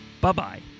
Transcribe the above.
Bye-bye